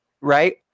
right